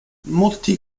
molti